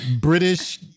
British